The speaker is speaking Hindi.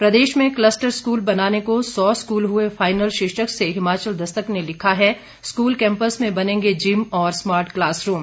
प्रदेश में कलस्टर स्कूल बनाने को सौ स्कूल हुए फाइनल शीर्षक से हिमाचल दस्तक ने लिखा है स्कूल कैंपस में बनेंगे जिम और स्मार्ट क्लास रूम